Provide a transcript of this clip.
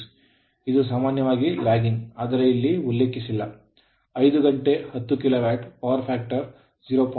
6 ಇದು ಸಾಮಾನ್ಯವಾಗಿ lagging ಆದರೆ ಇಲ್ಲಿ ಉಲ್ಲೇಖಿಸಿಲ್ಲ 5 ಗಂಟೆ10 ಕಿಲೋವ್ಯಾಟ್ ಪವರ್ ಫ್ಯಾಕ್ಟರ್ 0